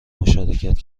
مشارکت